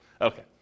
okay